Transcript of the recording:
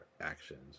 actions